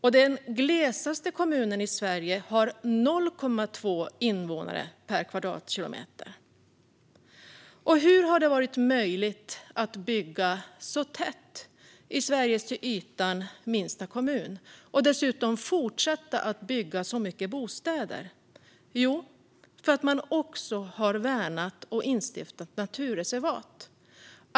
Den glesast bebyggda kommunen i Sverige har 0,2 invånare per kvadratkilometer. Hur har det varit möjligt att bygga så tätt i Sveriges till ytan minsta kommun och dessutom fortsätta att bygga så mycket bostäder? Jo, det beror på att man också har värnat och instiftat naturreservat.